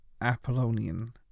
apollonian